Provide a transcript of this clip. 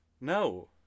No